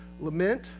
lament